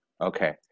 okay